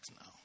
now